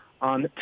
On